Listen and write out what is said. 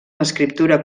l’escriptura